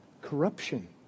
corruption